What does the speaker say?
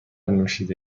نوشیده